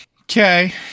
Okay